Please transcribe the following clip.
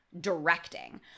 directing